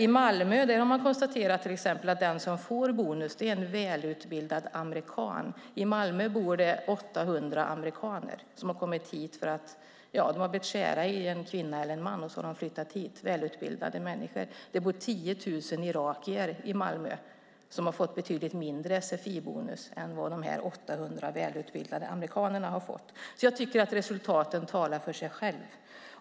I Malmö har man konstaterat att den som får bonus är en välutbildad amerikan. I Malmö bor det 800 amerikaner, som kommit för att de blivit kära i en kvinna eller man. Det är välutbildade människor. Det bor 10 000 irakier i Malmö. De har fått betydligt mindre sfi-bonus än de 800 välutbildade amerikanerna. Jag tycker att resultaten talar för sig själva.